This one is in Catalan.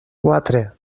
quatre